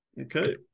Okay